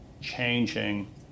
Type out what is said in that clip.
changing